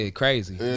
crazy